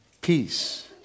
Peace